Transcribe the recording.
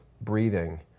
breathing